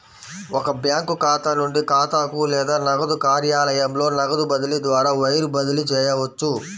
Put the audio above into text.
ఒక బ్యాంకు ఖాతా నుండి ఖాతాకు లేదా నగదు కార్యాలయంలో నగదు బదిలీ ద్వారా వైర్ బదిలీ చేయవచ్చు